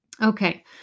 Okay